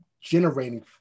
generating